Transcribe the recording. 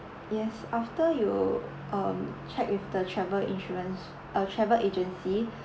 yes after you um check with the travel insurance uh travel agency or